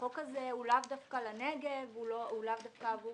החוק הזה הוא לאו דווקא לנגב והוא לאו דווקא עבור